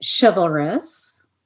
chivalrous